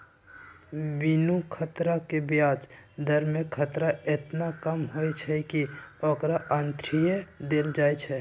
बिनु खतरा के ब्याज दर में खतरा एतना कम होइ छइ कि ओकरा अंठिय देल जाइ छइ